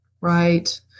Right